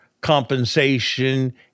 compensation